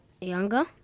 younger